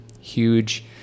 huge